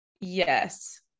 yes